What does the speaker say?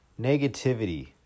negativity